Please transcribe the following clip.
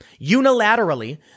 unilaterally